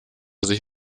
sich